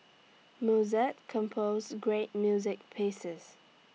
Mozart composed great music pieces